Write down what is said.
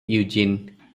eugene